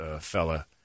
fella –